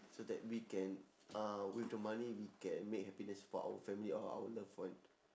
so that we can uh with the money we can make happiness for our family or our loved one